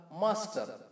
master